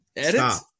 stop